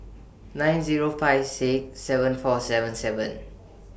nine Zero five six seven four seven seven